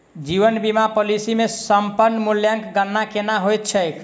जीवन बीमा पॉलिसी मे समर्पण मूल्यक गणना केना होइत छैक?